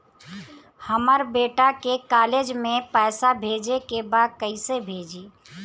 हमर बेटा के कॉलेज में पैसा भेजे के बा कइसे भेजी?